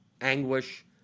anguish